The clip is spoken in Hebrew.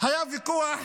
היה ויכוח